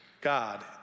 God